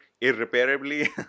irreparably